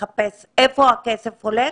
לחפש איפה הכסף הולך